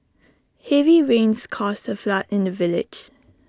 heavy rains caused A flood in the village